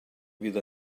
fydd